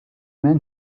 men